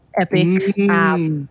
epic